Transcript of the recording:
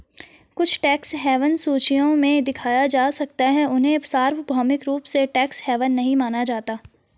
कुछ tax haven सूचियों में दिखाया जा सकता है, उन्हें सार्वभौमिक रूप से टैक्स हेवन नहीं माना जाता है